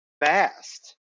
fast